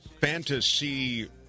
fantasy